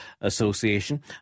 Association